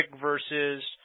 versus